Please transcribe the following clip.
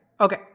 okay